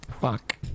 Fuck